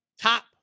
top